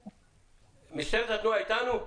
משטרת התנועה איתנו?